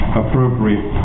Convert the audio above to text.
appropriate